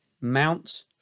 Mount